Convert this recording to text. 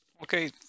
Okay